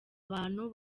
abantu